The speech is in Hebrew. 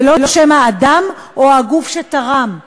ולא שם האדם או הגוף שתרם.